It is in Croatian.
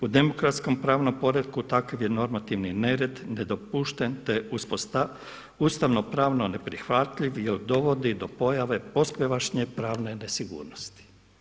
U demokratskom pravnom poretku takva je normativni nered nedopušten, te je ustavno-pravno neprihvatljiv jer dovodi do pojave posvemašnje pravne nesigurnosti.